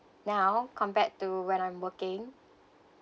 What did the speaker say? now compared to when I'm working